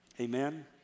Amen